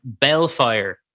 bellfire